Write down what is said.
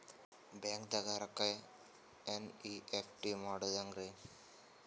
ಬ್ಯಾಂಕ್ದಾಗ ರೊಕ್ಕ ಎನ್.ಇ.ಎಫ್.ಟಿ ಮಾಡದ ಹೆಂಗ್ರಿ?